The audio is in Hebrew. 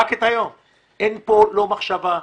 אין פה לא מחשבה,